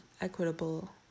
equitable